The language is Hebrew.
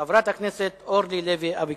בבקשה, חברת הכנסת אורלי לוי אבקסיס.